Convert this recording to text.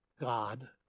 God